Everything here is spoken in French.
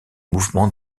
mouvements